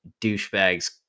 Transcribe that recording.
douchebags